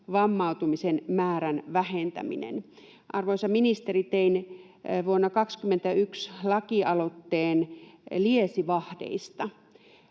vammautumisten määrän vähentäminen. Arvoisa ministeri, tein vuonna 21 lakialoitteen liesivahdeista